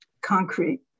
concrete